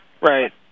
Right